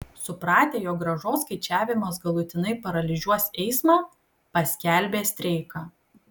supratę jog grąžos skaičiavimas galutinai paralyžiuos eismą paskelbė streiką